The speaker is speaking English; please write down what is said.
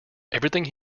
everything